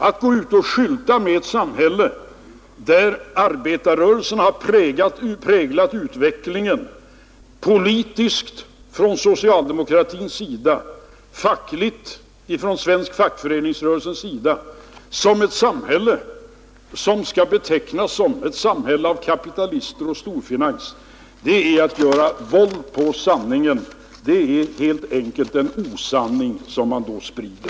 Att gå ut och påstå att ett samhälle, där arbetarrörelsen har präglat utvecklingen politiskt från socialdemokratins sida och fackligt från svensk fackföreningsrörelses sida, är ett samhälle som styrs av kapitalister och storfinans, är att göra våld på sanningen. Det är helt enkelt en osanning man då sprider.